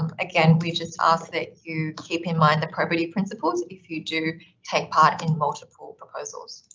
again, we just ask that you keep in mind the probity principles if you do take part in multiple proposals.